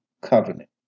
covenant